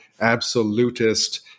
absolutist